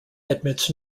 admits